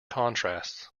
contrasts